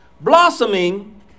Blossoming